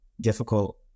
difficult